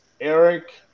Eric